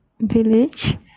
Village